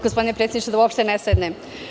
Gospodine predsedniče, jedino da uopšte ne sednem.